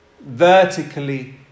vertically